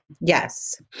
Yes